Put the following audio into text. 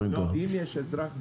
המושג "אזרח ותיק"